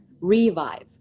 revive